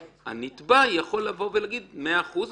הנתבע יכול לבוא ולהגיד: מאה אחוז,